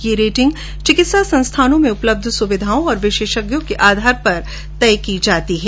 ये रेटिंग चिकित्सा संस्थानों में उपलब्ध सुविधाओं और विर्शेषज्ञों के आधार पर तय की जाती है